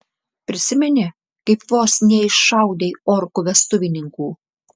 prisimeni kaip vos neiššaudei orkų vestuvininkų